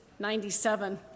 97